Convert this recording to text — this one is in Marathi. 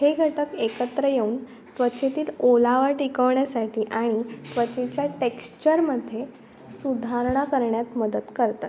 हे घटक एकत्र येऊन त्वचेतील ओलावा टिकवण्यासाठी आणि त्वचेच्या टेक्स्चरमध्ये सुधारणा करण्यात मदत करतात